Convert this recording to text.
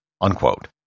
unquote